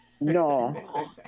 No